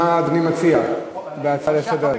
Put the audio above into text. מה אדוני מציע לגבי ההצעות לסדר-היום?